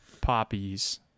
poppies